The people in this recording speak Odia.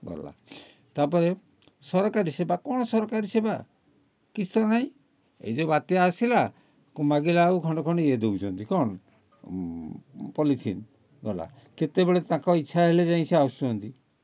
ଗଲା ତା'ପରେ ସରକାରୀ ସେବା କ'ଣ ସରକାରୀ ସେବା କିଛି ତ ନାଇଁ ଏ ଯେଉଁ ବାତ୍ୟା ଆସିଲା ମାଗିଲାଆଳକୁ ଖଣ୍ଡେ ଖଣ୍ଡେ ଇଏ ଦେଉଛନ୍ତି କ'ଣ ପଲିଥିନ୍ ଗଲା କେତେବେଳେ ତାଙ୍କ ଇଛା ହେଲେ ଯାଇଁ ସିଏ ଆସୁଛନ୍ତି